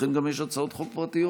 לכן גם יש הצעות חוק פרטיות,